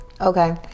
Okay